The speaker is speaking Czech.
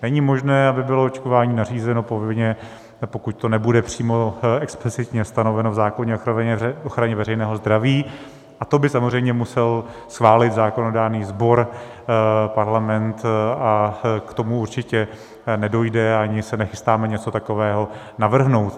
Není možné, aby bylo očkování nařízeno povinně, pokud to nebude přímo explicitně stanoveno v zákoně o ochraně veřejného zdraví, a to by samozřejmě musel schválit zákonodárný sbor, Parlament, a k tomu určitě nedojde a ani se nechystáme něco takového navrhnout.